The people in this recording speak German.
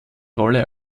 rolle